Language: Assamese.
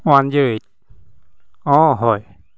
ওৱান জিৰ' এইট অঁ হয়